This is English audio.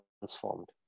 transformed